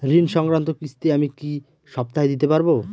ঋণ সংক্রান্ত কিস্তি আমি কি সপ্তাহে দিতে পারবো?